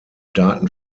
daten